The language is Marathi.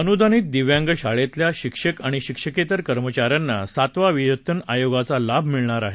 अनुदानित दिव्यांग शाळेतील शिक्षक व शिक्षकेत्तर कर्मचाऱ्यांना सातवा वेतन आयोग चा लाभ मिळणार आहे